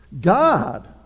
God